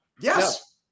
Yes